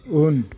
उन